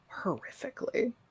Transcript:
horrifically